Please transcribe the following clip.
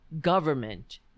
government